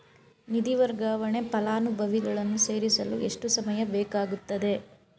ನಿಧಿ ವರ್ಗಾವಣೆಗೆ ಫಲಾನುಭವಿಗಳನ್ನು ಸೇರಿಸಲು ಎಷ್ಟು ಸಮಯ ಬೇಕಾಗುತ್ತದೆ?